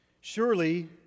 Surely